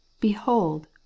Behold